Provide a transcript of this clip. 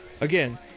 Again